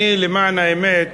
אני, למען האמת,